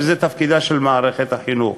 וזה תפקידה של מערכת החינוך.